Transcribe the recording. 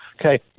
Okay